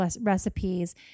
recipes